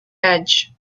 edge